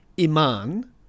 iman